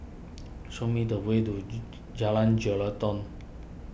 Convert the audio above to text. show me the way to Jalan Jelutong